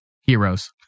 heroes